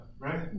Right